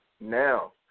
Now